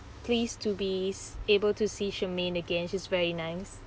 pleased to be s~ able to see shermaine again she's very nice